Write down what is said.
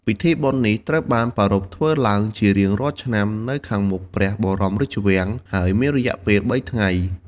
ពិធីបុណ្យនេះត្រូវបានប្រារព្ធធ្វើឡើងជារៀងរាល់ឆ្នាំនៅខាងមុខព្រះបរមរាជវាំង ហើយមានរយៈពេលបីថ្ងៃ។